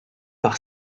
par